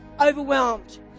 overwhelmed